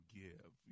give